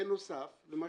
בנוסף למה